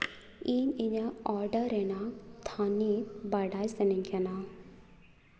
ᱤᱧ ᱤᱧᱟᱹᱜ ᱚᱰᱟᱨ ᱨᱮᱱᱟᱜ ᱛᱷᱟᱹᱱᱤᱛ ᱵᱟᱰᱟᱭ ᱥᱟᱹᱱᱟᱹᱧ ᱠᱟᱱᱟ